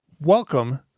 Welcome